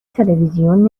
تلویزیون